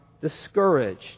discouraged